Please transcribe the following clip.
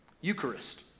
Eucharist